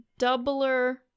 doubler